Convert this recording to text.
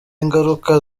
ingaruka